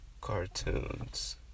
cartoons